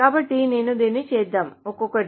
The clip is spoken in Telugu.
కాబట్టి నేను దీన్ని చేద్దాం ఒక్కొక్కటి